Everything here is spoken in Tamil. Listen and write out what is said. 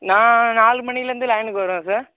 நான் நால் மணியிலேந்து லைனுக்கு வருவேன் சார்